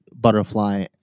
butterfly